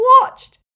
watched